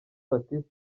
baptiste